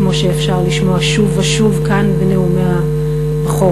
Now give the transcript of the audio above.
כמו שאפשר לשמוע שוב ושוב כאן בנאומי הבכורה,